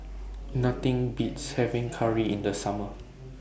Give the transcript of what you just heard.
Nothing Beats having Curry in The Summer